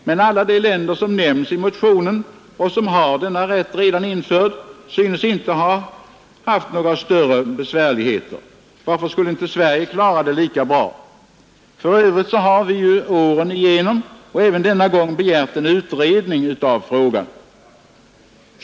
Men alla de länder som nämns i motionen och som har denna rätt redan införd synes inte ha haft några större besvärligheter. Varför skulle inte Sverige klara det lika bra? För övrigt har vi ju åren igenom — och även denna gång — begärt en utredning av frågan.